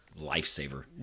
lifesaver